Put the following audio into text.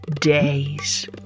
days